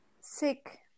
sick